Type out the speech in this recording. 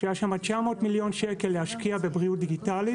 שהיו בה 900 מיליון שקל להשקיע בבריאות דיגיטלית,